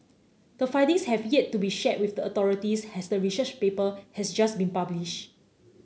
the findings have yet to be shared with the authorities as the research paper has just been published